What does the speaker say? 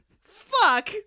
Fuck